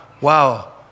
wow